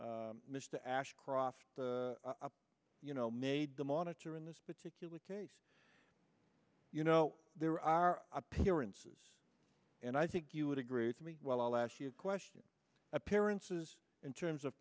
have mr ashcroft you know made the monitor in this particular case you know there are appearances and i think you would agree with me well i'll ask you a question appearances in terms of